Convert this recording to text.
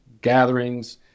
gatherings